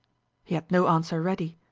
he had no answer ready.